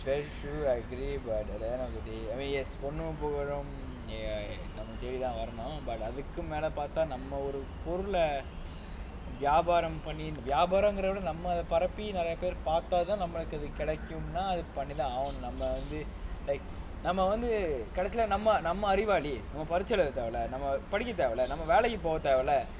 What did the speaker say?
very true I agree but at the end of the day yes